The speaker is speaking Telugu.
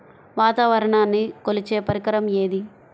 వాతావరణాన్ని కొలిచే పరికరం ఏది?